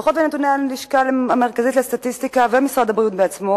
דוחות ונתוני הלשכה המרכזית לסטטיסטיקה ומשרד הבריאות עצמו